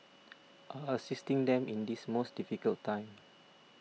are assisting them in this most difficult time